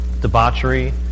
debauchery